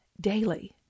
daily